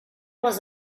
was